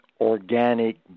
organic